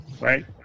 Right